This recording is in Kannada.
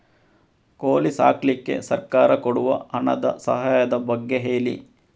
ಕೋಳಿ ಸಾಕ್ಲಿಕ್ಕೆ ಸರ್ಕಾರ ಕೊಡುವ ಹಣದ ಸಹಾಯದ ಬಗ್ಗೆ ಹೇಳಿ